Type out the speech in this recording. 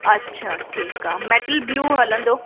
अच्छा ठीकु आहे मेटल ब्लू हलंदो